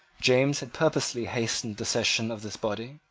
james had purposely hastened the session of this body,